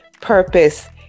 purpose